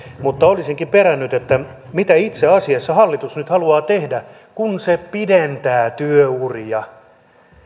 mutta olisinkin perännyt mitä itse asiassa hallitus nyt haluaa tehdä kun se pidentää työuria